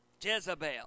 Jezebel